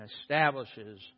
establishes